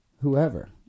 whoever